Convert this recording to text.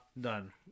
done